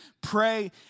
Pray